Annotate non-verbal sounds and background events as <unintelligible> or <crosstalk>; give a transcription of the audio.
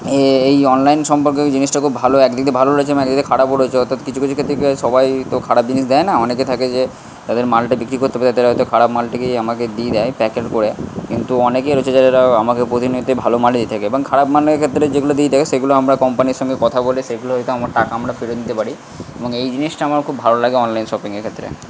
এই অনলাইন সম্পর্কে জিনিসটা খুব ভালো একদিকে ভালো রয়েছে এবং এক দিক দিয়ে যেমন খারাপও রয়েছে অর্থাৎ কিছু কিছু ক্ষেত্রে কী হয় সবাই তো খারাপ জিনিস দেয় না অনেকে থাকে যে তাদের মালটা বিক্রি করতে পারে তারা হয়তো খারাপ মালটাকেই আমাকে দিয়ে দেয় প্যাকেট করে কিন্তু অনেকেই রয়েছে <unintelligible> যারা আমাকে প্রতিনিয়তই ভালো মালই দিয়ে থাকে এবং খারাপ মালের ক্ষেত্রে যেগুলো দিয়ে দেয় সেগুলো আমরা কোম্পানির সঙ্গে কথা বলে সেগুলো হয়তো আমার টাকা আমরা ফেরত নিতে পারি এবং এই জিনিসটা আমার খুব ভালো লাগে অনলাইন শপিংয়ের ক্ষেত্রে